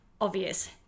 obvious